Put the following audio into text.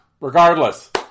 regardless